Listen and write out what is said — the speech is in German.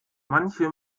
manche